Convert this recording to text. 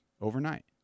overnight